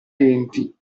denti